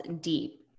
deep